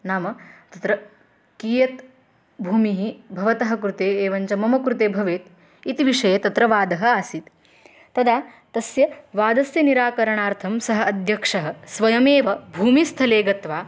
नाम तत्र कियत् भूमिः भवतः कृते एवञ्च मम कृते भवेत् इति विषये तत्र वादः आसीत् तदा तस्य वादस्य निराकरणार्थं सः अध्यक्षः स्वयमेव भूमिस्थले गत्वा